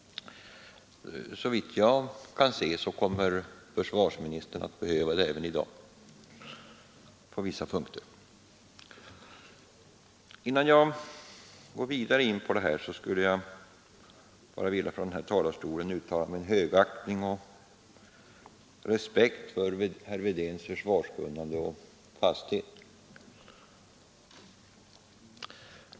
Såvitt jag kan se kommer försvarsministern att behöva det även i dag på vissa punkter. Innan jag går vidare in på ämnet vill jag från denna talarstol uttala min högaktning och respekt för herr Wedéns försvarskunnande och fasthet.